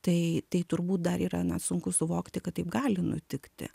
tai tai turbūt dar yra gana sunku suvokti kad taip gali nutikti